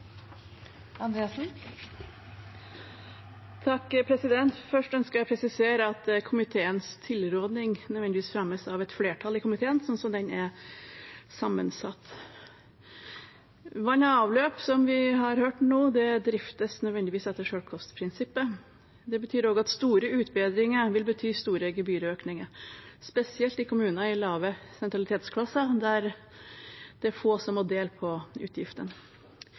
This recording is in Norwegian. Først ønsker jeg å presisere at komiteens tilråding nødvendigvis fremmes av et flertall i komiteen, sånn som den er sammensatt. Vann og avløp driftes, som vi har hørt nå, nødvendigvis etter selvkostprinsippet. Det betyr også at store utbedringer vil bety store gebyrøkninger, spesielt i kommuner i lave sentralitetsklasser, der det er få som